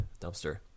dumpster